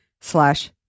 slash